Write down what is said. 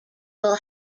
will